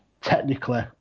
technically